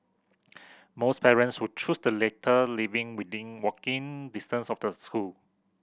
most parents who choose the latter living within walking distance of the school